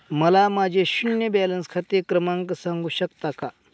मला माझे शून्य बॅलन्स खाते क्रमांक सांगू शकता का?